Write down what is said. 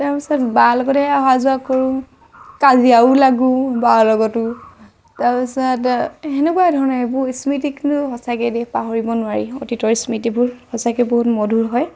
তাৰপিছত বাৰ লগতে অহা যোৱা কৰোঁ কাজিয়াও লাগোঁ বাৰ লগতো তাৰপিছত সেনেকুৱা ধৰণে সেইবোৰ স্মৃতি কিন্তু সঁচাকে দেই পাহৰিব নোৱাৰি অতীতৰ স্মৃতিবোৰ সঁচাকৈ বহুত মধুৰ হয়